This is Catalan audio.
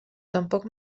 tampoc